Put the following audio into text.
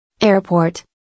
Airport